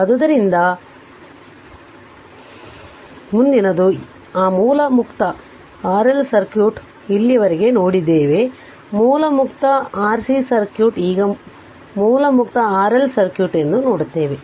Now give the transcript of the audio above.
ಆದ್ದರಿಂದ ಮುಂದಿನದು ಆ ಮೂಲ ಮುಕ್ತ RL ಸರ್ಕ್ಯೂಟ್ ಇಲ್ಲಿಯವರೆಗೆ ನೋಡಿದ್ದೇವೆ ಮೂಲ ಮುಕ್ತ Rc ಸರ್ಕ್ಯೂಟ್ ಈಗ ಮೂಲ ಮುಕ್ತ RL ಸರ್ಕ್ಯೂಟ್ ಎಂದು ನೋಡುತ್ತೇವೆ